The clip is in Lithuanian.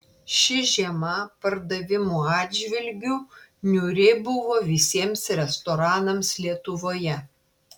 ši žiema pardavimų atžvilgiu niūri buvo visiems restoranams lietuvoje